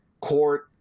Court